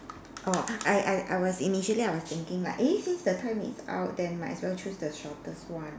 orh I I I was initially I was thinking like eh since the time is out then might well choose the shortest one